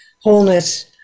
wholeness